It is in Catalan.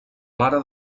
mare